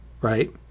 right